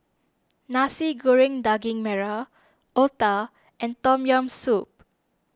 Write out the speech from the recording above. Nasi Goreng Daging Merah Otah and Tom Yam Soup